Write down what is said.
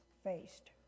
faced